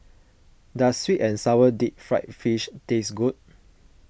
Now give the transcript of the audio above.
does Sweet and Sour Deep Fried Fish taste good